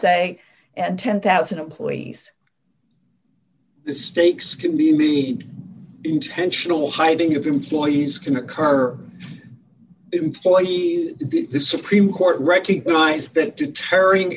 say and ten thousand employees stakes can be intentional hiding of employees can occur employees the supreme court recognize that to tearing